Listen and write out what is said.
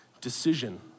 decision